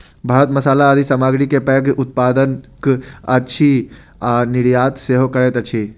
भारत मसाला आदि सामग्री के पैघ उत्पादक अछि आ निर्यात सेहो करैत अछि